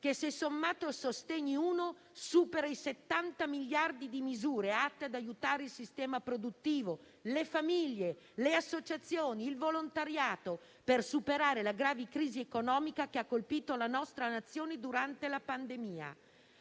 che, se sommato al "Sostegni", supera i 70 miliardi di misure atte ad aiutare il sistema produttivo, le famiglie, le associazioni, il volontariato, per superare la grave crisi economica che ha colpito la nostra Nazione durante la pandemia.